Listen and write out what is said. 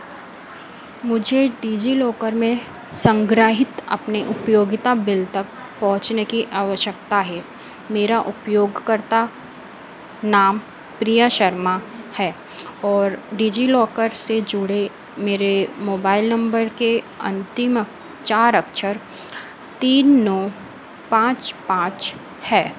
मुझे डिजिलॉकर में संग्रहीत अपने उपयोगिता बिल तक पहुँचने की आवश्यकता है मेरा उपयोगकर्ता नाम प्रिया शर्मा है और डिजिलॉकर से जुड़े मेरे मोबाइल नंबर के अंतिम चार अक्षर तीन नौ पाँच पाँच हैं